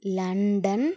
London